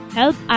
help